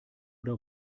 oder